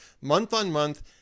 Month-on-month